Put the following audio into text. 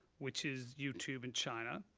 which is youtube in china.